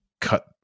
cut